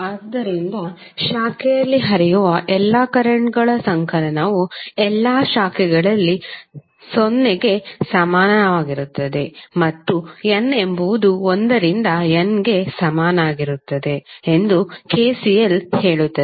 ಆದ್ದರಿಂದ ಶಾಖೆಯಲ್ಲಿ ಹರಿಯುವ ಎಲ್ಲಾ ಕರೆಂಟ್ಗಳ ಸಂಕಲನವು ಎಲ್ಲಾ ಶಾಖೆಗಳಲ್ಲಿ 0 ಕ್ಕೆ ಸಮನಾಗಿರುತ್ತದೆ ಮತ್ತು n ಎಂಬುದು 1 ರಿಂದ N ಗೆ ಸಮನಾಗಿರುತ್ತದೆ ಎಂದು ಕೆಸಿಎಲ್ ಹೇಳುತ್ತದೆ